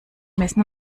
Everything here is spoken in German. messen